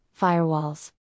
firewalls